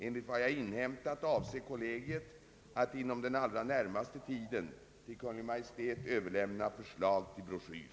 Enligt vad jag inhämtat avser kollegiet att inom den allra närmaste tiden till Kungl. Maj:t överlämna förslag till broschyr.